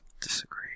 Disagree